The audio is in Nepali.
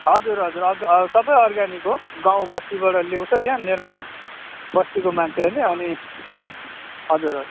हजुर हजुर सबै अर्ग्यानिक हो गाउँ बस्तीबाट ल्याउँछ यहाँ मेरोमा बस्तीको मान्छेहरूले अनि हजुर हजुर